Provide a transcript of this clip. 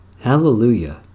Hallelujah